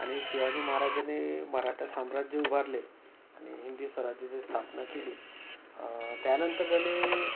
आणि शिवाजी महाराजानी मराठा साम्राज्य उभारले आणि हिंदवी साम्राज्याची स्थापना केली त्यानंतर त्यानी